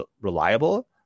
reliable